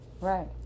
Right